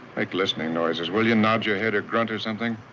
make listening noises, will you? nod your head or grunt or something?